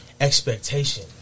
expectation